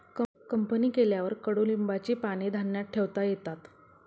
company केल्यावर कडुलिंबाची पाने धान्यात ठेवता येतात